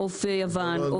"עוף יוון".